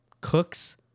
Cooks